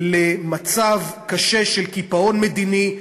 למצב קשה של קיפאון מדיני,